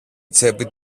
τσέπη